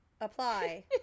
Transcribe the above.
Apply